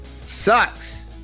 Sucks